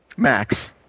Max